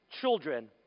children